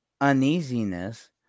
uneasiness